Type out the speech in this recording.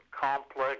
Complex